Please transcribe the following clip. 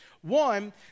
One